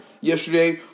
Yesterday